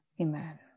Amen